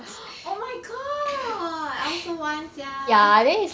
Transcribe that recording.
oh my god I also want sia